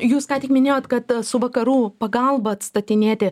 jūs ką tik minėjot kad su vakarų pagalba atstatinėti